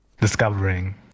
Discovering